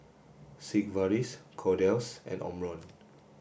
Sigvaris Kordel's and Omron